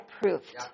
approved